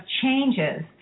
changes